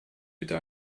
bitte